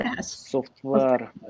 software